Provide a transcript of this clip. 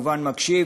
והוא כמובן מקשיב,